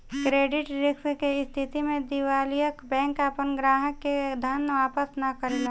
credit risk के स्थिति में दिवालिया बैंक आपना ग्राहक के धन वापस ना करेला